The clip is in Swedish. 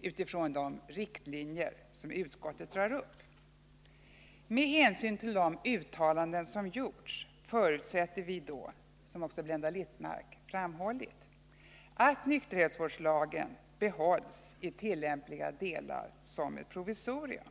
utifrån de riktlinjer som utskottet drar upp. Med hänsyn till de uttalanden som gjorts förutsätter vi då, som också Blenda Littmarck framhållit, att nykterhetsvårdslagen behålls i tillämpliga delar som ett provisorium.